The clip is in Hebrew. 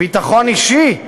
ביטחון אישי?